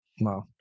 wow